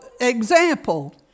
example